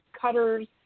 cutters